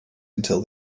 until